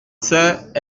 cinq